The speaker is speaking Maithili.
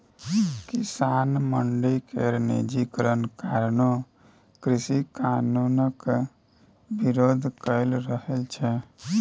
किसान मंडी केर निजीकरण कारणें कृषि कानुनक बिरोध कए रहल छै